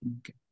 Okay